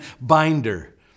binder